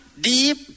deep